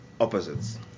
opposites